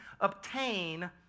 obtain